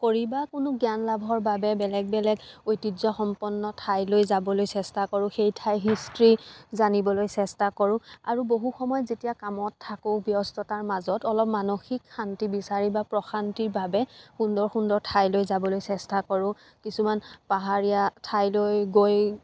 কৰি বা কোনো জ্ঞানলাভৰ বাবে বেলেগ বেলেগ ঐতিহ্যসম্পন্ন ঠাইলৈ যাবলৈ চেষ্টা কৰোঁ সেই ঠাই হিষ্ট্ৰী জানিবলৈ চেষ্টা কৰোঁ আৰু বহু সময়ত যেতিয়া কামত থাকোঁ ব্যস্ততাৰ মাজত অলপ মানসিক শান্তি বিচাৰি বা প্ৰশান্তিৰ বাবে সুন্দৰ সুন্দৰ ঠাইলৈ যাবলৈ চেষ্টা কৰোঁ কিছুমান পাহাৰীয়া ঠাইলৈ গৈ